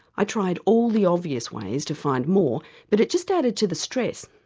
i tried all the obvious ways to find more but it just added to the stress.